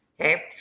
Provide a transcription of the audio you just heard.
okay